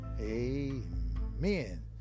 amen